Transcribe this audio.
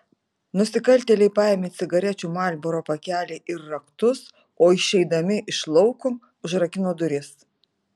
nusikaltėliai paėmė cigarečių marlboro pakelį ir raktus o išeidami iš lauko užrakino duris